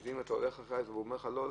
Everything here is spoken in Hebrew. לפעמים אתה הולך לאחד והוא אומר לך: לא.